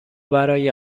برای